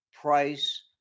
Price